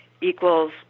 equals